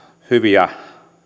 hyviä